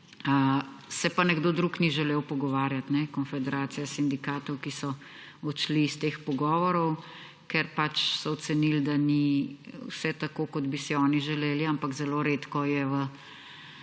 se pa nekdo drug ni želel pogovarjati, Konfederacija sindikatov, ki so odšli s teh pogovorov, ker pač so ocenili, da ni vse tako, kot bi si oni želeli, ampak zelo redko je v